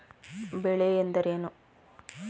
ಬೆಳೆ ಎಂದರೇನು?